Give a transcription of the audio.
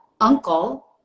uncle